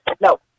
No